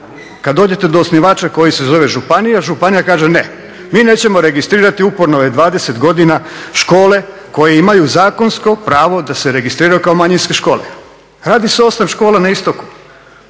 kad dođete do osnivača koji se zove županija, županija kaže ne, mi nećemo registrirati. Uporno je 20 godina škole koje imaju zakonsko pravo da se registriraju kao manjinske škole. Radi se o osnovnim školama na istoku